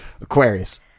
Aquarius